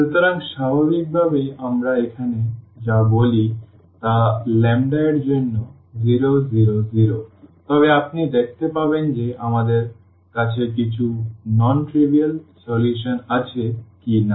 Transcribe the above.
সুতরাং স্বাভাবিকভাবেই আমরা এখানে যা বলি তা হল ল্যামডা এর জন্য 0 0 0 তবে আপনি দেখতে পাবেন যে আমাদের কাছে কিছু অ তুচ্ছ সমাধান আছে কি না